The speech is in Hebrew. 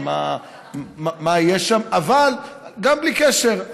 אבל גם בלי קשר,